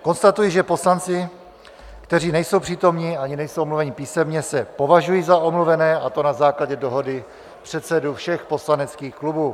Konstatuji, že poslanci, kteří nejsou přítomni ani nejsou omluveni písemně, se považují za omluvené, a to na základě dohody předsedů všech poslaneckých klubů.